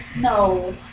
No